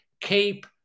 keep